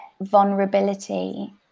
vulnerability